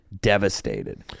devastated